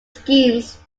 schemes